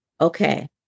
Okay